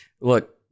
Look